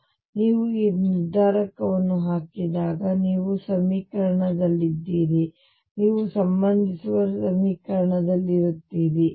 ಆದ್ದರಿಂದ ನೀವು ಈ ನಿರ್ಧಾರಕವನ್ನು ಹಾಕಿದಾಗ ನೀವು ಸಮೀಕರಣದಲ್ಲಿದ್ದೀರಿ ನೀವು ಸಂಬಂಧಿಸಿರುವ ಸಮೀಕರಣದಲ್ಲಿರುತ್ತೀರಿ ಇತ್ಯಾದಿ